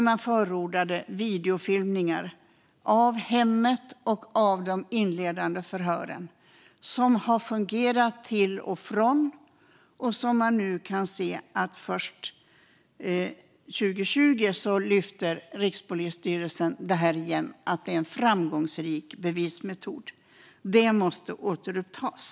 Man förordade videofilmning i hemmet av de inledande förhören, vilket har fungerat till och från. Först 2020 lyfte Polismyndigheten upp att det är en framgångsrik bevismetod. Detta måste återupptas.